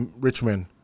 Richmond